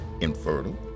infertile